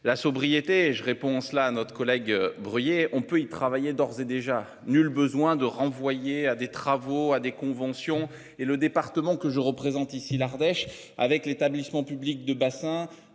la sobriété je réponds cela notre collègue brouillé, on peut y travailler d'ores et déjà nul besoin de renvoyer à des travaux à des conventions et le département que je. Représente ici l'Ardèche avec l'établissement public de bassin